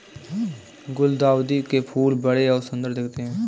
गुलदाउदी के फूल बड़े और सुंदर दिखते है